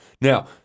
Now